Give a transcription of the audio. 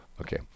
Okay